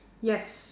yes